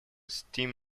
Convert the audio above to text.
steam